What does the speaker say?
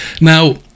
now